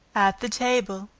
at the table,